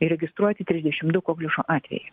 įregistruoti trisdešim du kokliušo atvejai